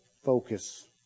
focus